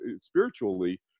spiritually